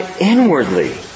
inwardly